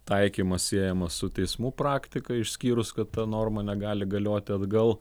taikymas siejamas su teismų praktika išskyrus kad ta norma negali galioti atgal